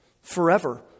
Forever